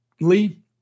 Lee